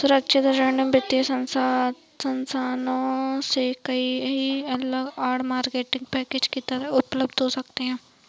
असुरक्षित ऋण वित्तीय संस्थानों से कई अलग आड़, मार्केटिंग पैकेज के तहत उपलब्ध हो सकते हैं